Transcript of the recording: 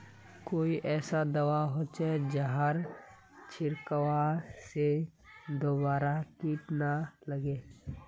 कोई ऐसा दवा होचे जहार छीरकाओ से दोबारा किट ना लगे?